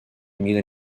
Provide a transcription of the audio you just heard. mida